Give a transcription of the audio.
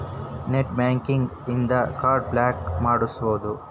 net banking ಇನ್ದಾ card block ಮಾಡ್ಸ್ಬೊದು